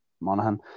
Monaghan